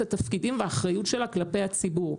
התפקידים והאחריות שלה כלפי הציבור.